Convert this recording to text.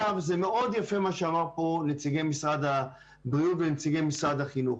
זה מאוד יפה מה שאמרו פה נציגי משרד הבריאות ונציגי משרד החינוך.